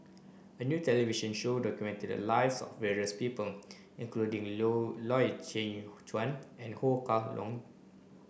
a new television show documented the live various people including Loy Chye Chuan and Ho Kah Leong